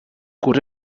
curs